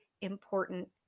important